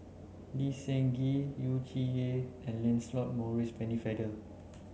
Lee Seng Gee Yu Zhuye and Lancelot Maurice Pennefather